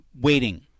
waiting